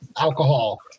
alcohol